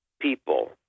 people